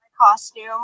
costume